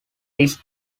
this